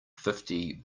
fifty